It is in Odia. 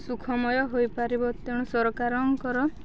ସୁଖମୟ ହୋଇପାରିବ ତେଣୁ ସରକାରଙ୍କର